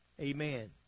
Amen